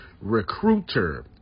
recruiter